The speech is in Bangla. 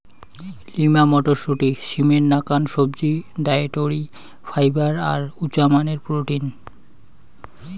লিমা মটরশুঁটি, সিমের নাকান সবজি, ডায়েটরি ফাইবার আর উচামানের প্রোটিন